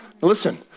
Listen